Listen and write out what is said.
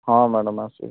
ହଁ ମ୍ୟାଡ଼ାମ୍ ଆସିବି